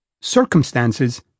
Circumstances